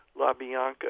LaBianca